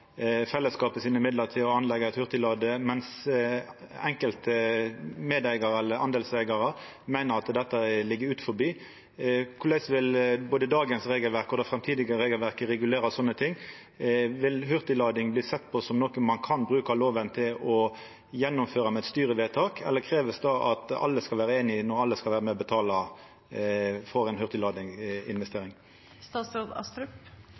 til å setja opp ein hurtigladar, mens enkelte medeigarar meiner at dette ligg utanfor. Korleis vil både dagens regelverk og det framtidige regelverket regulera sånt? Vil hurtiglading bli sett på som noko ein kan bruka lova til å gjennomføra med eit styrevedtak, eller blir det kravd at alle skal vera einige når alle skal vera med og betala for